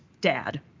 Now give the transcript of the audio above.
dad